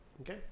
Okay